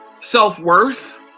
self-worth